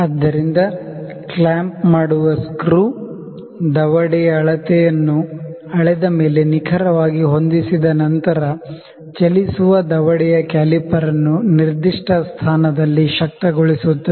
ಆದ್ದರಿಂದ ಕ್ಲ್ಯಾಂಪ್ ಮಾಡುವ ಸ್ಕ್ರೂ ದವಡೆಯ ಅಳತೆಯನ್ನು ಅಳೆದ ಮೇಲೆ ನಿಖರವಾಗಿ ಹೊಂದಿಸಿದ ನಂತರ ಚಲಿಸುವ ದವಡೆಯ ಕ್ಯಾಲಿಪರ್ ಅನ್ನು ನಿರ್ದಿಷ್ಟ ಸ್ಥಾನದಲ್ಲಿ ಶಕ್ತಗೊಳಿಸುತ್ತದೆ